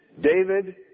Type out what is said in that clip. David